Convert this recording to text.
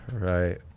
Right